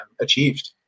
achieved